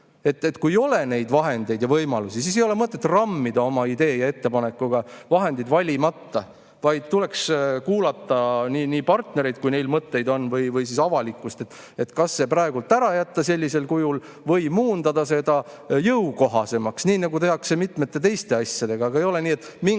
Kui ei ole vahendeid ja võimalusi, siis ei ole mõtet rammida oma idee ja ettepanekuga vahendeid valimata, vaid tuleks kuulata partnereid, kui neil mõtteid on, või siis avalikkust. [Tuleks] see kas praegu ära jätta sellisel kujul või muundada seda jõukohasemaks, nii nagu tehakse mitmete teiste asjadega. Ei ole nii, et mingeid